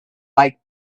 like